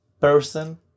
person